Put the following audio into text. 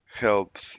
helps